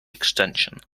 extension